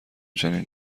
چنین